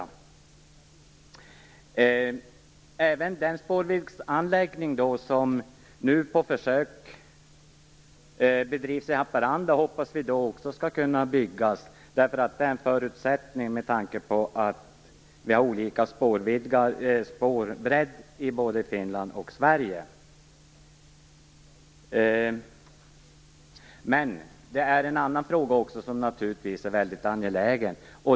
Vi hoppas att även den spårvägsanläggning som nu finns på försök i Haparanda skall kunna byggas. Den är en förutsättning, med tanke på att Finland och Sverige har olika spårbredder. Men en annan fråga är naturligtvis också angelägen.